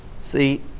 See